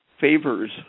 favors